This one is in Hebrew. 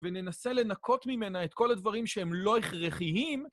וננסה לנקות ממנה את כל הדברים שהם לא הכרחיים.